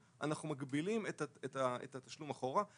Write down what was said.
אנחנו מגבילים את התשלום אחורה.